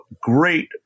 great